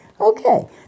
Okay